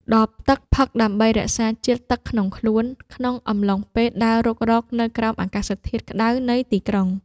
ដបទឹកផឹកដើម្បីរក្សាជាតិទឹកក្នុងខ្លួន ក្នុងអំឡុងពេលដើររុករកនៅក្រោមអាកាសធាតុក្ដៅនៃទីក្រុង។